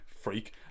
freak